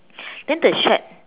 then the shed